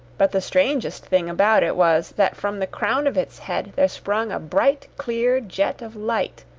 but the strangest thing about it was, that from the crown of its head there sprung a bright clear jet of light,